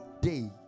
day